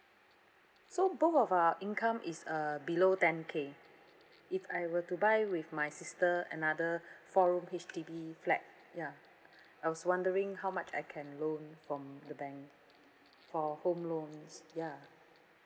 so both of our income is uh below ten K if I were to buy with my sister another four room H_D_B flat ya I was wondering how much I can loan from the bank for home loans ya